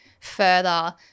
further